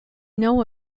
know